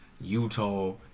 utah